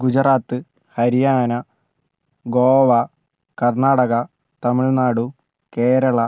Gujarat ഹരയാന Goa Karnataka Tamil Nadu Kerala